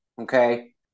Okay